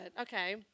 Okay